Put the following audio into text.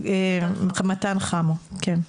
מתן חמו, בבקשה.